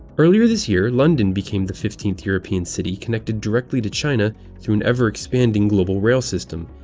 earlier this year london became the fifteenth european city connected directly to china through an ever-expanding global rail system,